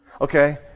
Okay